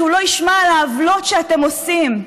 שהוא לא ישמע את העוולות שאתם עושים.